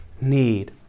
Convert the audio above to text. need